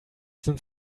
sind